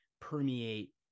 permeate